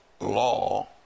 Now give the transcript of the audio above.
law